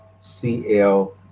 cl